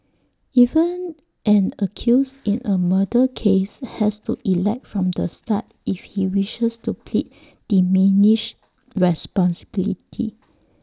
even an accused in A murder case has to elect from the start if he wishes to plead diminished responsibility